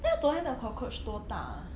那个昨天的 cockroach 多大 ah